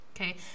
Okay